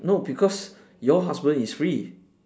no because your husband is free